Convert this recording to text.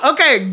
Okay